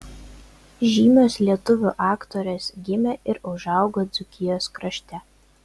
žymios lietuvių aktorės gimė ir užaugo dzūkijos krašte